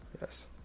yes